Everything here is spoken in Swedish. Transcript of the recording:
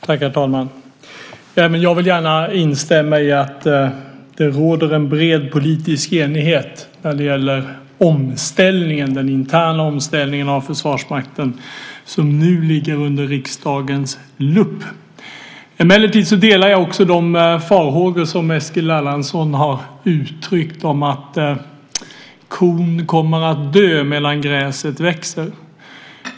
Herr talman! Jag vill gärna instämma i att det råder en bred politisk enighet när det gäller den interna omställningen av Försvarsmakten, och som nu ligger under riksdagens lupp. Emellertid delar jag de farhågor som Eskil Erlandsson uttryckt om att kon kommer att dö medan gräset växer.